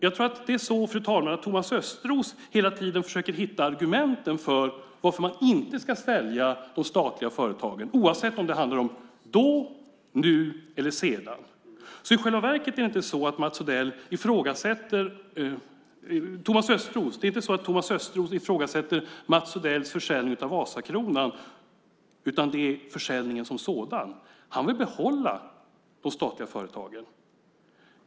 Jag tror att det är så, fru talman, Thomas Östros hela tiden försöker hitta argumenten för varför man inte ska sälja till de statliga företagen oavsett om det handlar om då, nu eller sedan. I själva verket är det inte så att Thomas Östros ifrågasätter Mats Odells försäljning av Vasakronan, utan det gäller försäljningen som sådan. Han vill behålla de statliga företagen.